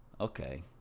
okay